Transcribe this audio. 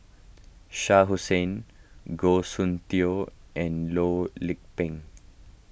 Shah Hussain Goh Soon Tioe and Loh Lik Peng